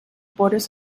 borders